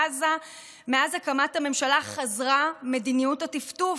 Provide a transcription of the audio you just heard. בעזה, מאז הקמת הממשלה חזרה מדיניות הטפטוף.